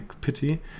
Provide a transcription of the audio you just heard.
pity